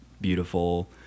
beautiful